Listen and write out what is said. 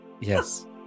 Yes